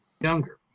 Younger